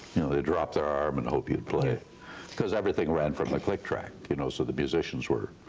you know they'd drop their arm and hope you'd play, because everything ran from the click track, you know so the musicians were